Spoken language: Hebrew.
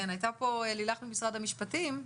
כן, הייתה פה לילך ממשרד המשפטים.